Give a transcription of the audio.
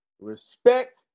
respect